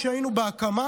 כשהיינו בהקמה,